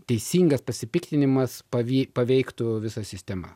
teisingas pasipiktinimas pavyk paveiktų visą sistemą